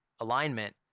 alignment